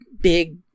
Big